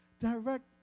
direct